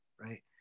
right